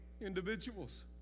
individuals